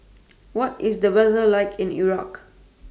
What IS The weather like in Iraq